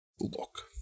look